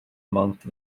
month